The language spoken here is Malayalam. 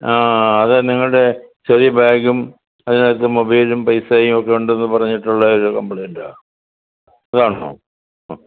ആ അതെ നിങ്ങളുടെ ചെറിയ ബാഗും അതിനകത്ത് മൊബൈലും പൈസയും ഒക്കെ ഉണ്ടെന്ന് പറഞ്ഞിട്ടുള്ള ഒരു കംപ്ലയിൻറ് ആണ് അതാണോ ആ